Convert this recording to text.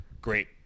great